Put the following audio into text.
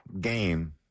game